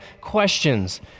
questions